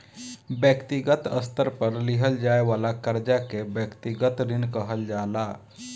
व्यक्तिगत स्तर पर लिहल जाये वाला कर्जा के व्यक्तिगत ऋण कहल जाला